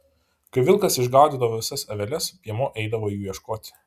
kai vilkas išgaudydavo visas aveles piemuo eidavo jų ieškoti